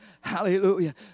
Hallelujah